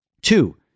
Two